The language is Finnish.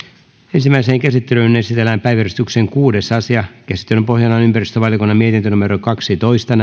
ensimmäiseen käsittelyyn esitellään päiväjärjestyksen kuudes asia käsittelyn pohjana on ympäristövaliokunnan mietintö kaksitoista